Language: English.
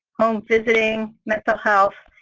home visiting, mental health,